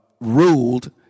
ruled